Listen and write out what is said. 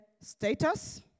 status